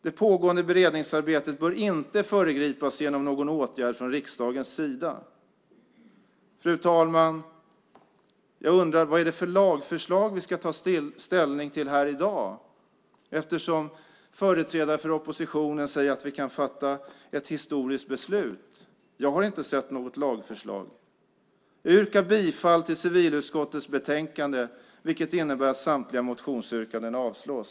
Det pågående beredningsarbetet bör inte föregripas genom någon åtgärd från riksdagens sida. Fru talman! Jag undrar vad det är för lagförslag vi ska ta ställning till i dag eftersom företrädare för oppositionen säger att vi kan fatta ett historiskt beslut. Jag har inte sett något lagförslag. Jag yrkar bifall till civilutskottets förslag i betänkandet vilket innebär att samtliga motionsyrkanden avslås.